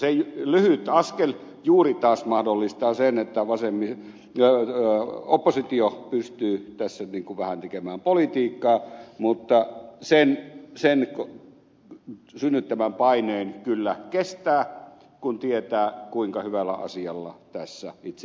juuri se lyhyt askel taas mahdollistaa sen että oppositio pystyy tässä vähän tekemään politiikkaa mutta sen synnyttämän paineen kyllä kestää kun tietää kuinka hyvällä asialla tässä itse asiassa on